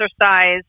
exercise